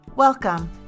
Welcome